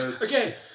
Again